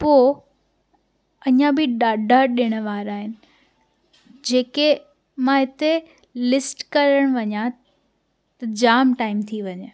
पोइ अञा बि ॾाढा ॾिण वार आहिनि जेके मां हिते लिस्ट करण वञां त जाम टाइम थी वञे